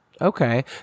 Okay